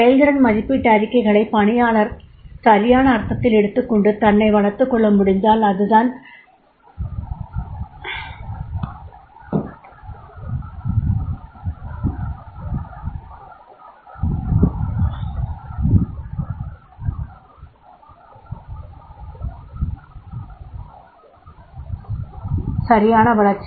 செயல்திறன் மதிப்பீட்டு அறிக்கைகளைப் பணியாளர் சரியான அர்த்ததில் எடுத்துக் கொண்டு தன்னை வளர்த்துக் கொள்ள முடிந்தால் அதுதான் சரியான வளர்ச்சி